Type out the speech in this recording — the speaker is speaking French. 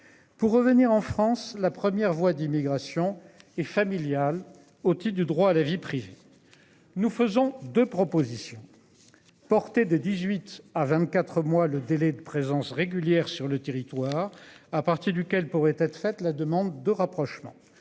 Pour revenir en France la première voies d'immigration et familiale otite du droit à la vie privée. Nous faisons de propositions. Porté de 18 à 24 mois le délai de présence régulière sur le territoire à partir duquel pourrait être fait la demande de rapprochement